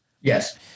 Yes